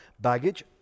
baggage